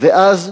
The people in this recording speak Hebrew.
ואז,